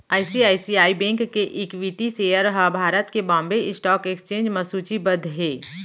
ICICI bank के equity share ह भारत के बांबे स्टॉक एक्सचेंज म सूचीबद्ध हे